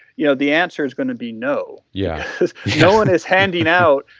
you know the answer is going to be no. yeah no one is handing out.